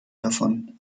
davon